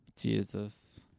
Jesus